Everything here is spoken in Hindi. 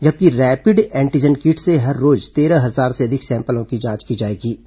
जबकि रैपिड एंटीजन किट से रोज तेरह हजार से अधिक सैंपलों की जांच की जाएंगी